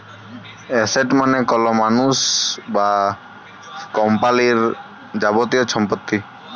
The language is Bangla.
এসেট মালে কল মালুস বা কম্পালির যাবতীয় ছম্পত্তি